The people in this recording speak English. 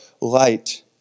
light